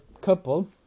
couple